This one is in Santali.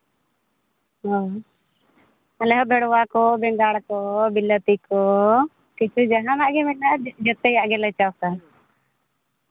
ᱟᱞᱮ ᱦᱚᱸ ᱵᱷᱮᱰᱣᱟ ᱠᱚ ᱵᱮᱸᱜᱟᱲ ᱠᱚ ᱵᱤᱞᱟᱹᱛᱤ ᱠᱚ ᱠᱤᱪᱷᱩ ᱡᱟᱦᱟᱱᱟᱜ ᱜᱮ ᱢᱮᱱᱟᱜᱼᱟ ᱡᱚᱛᱚᱭᱟᱜ ᱜᱮᱞᱮ ᱪᱟᱥᱼᱟ